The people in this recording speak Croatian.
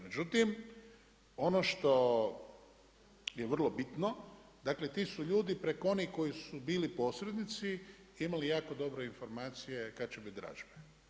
Međutim, ono što je vrlo bitno, dakle ti su ljudi preko onih koji su bili posrednici imali jako dobro informacije kad će bit dražbe.